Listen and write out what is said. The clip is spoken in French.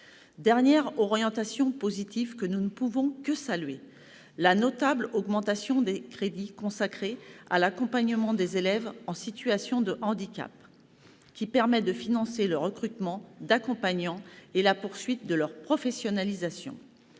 Dernière orientation positive, que nous ne pouvons que saluer : la notable augmentation des crédits consacrés à l'accompagnement des élèves en situation de handicap, qui permettra de financer le recrutement d'accompagnants et la poursuite de la professionnalisation